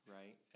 right